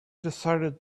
decided